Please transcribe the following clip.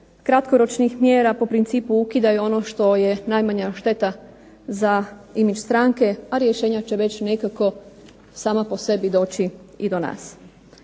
kratkoročnih mjera po principu ukidaj ono što je najmanja šteta za imidž stranke, a rješenja će već nekako sama po sebi doći i do nas.